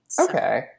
okay